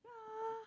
yeah